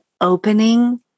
opening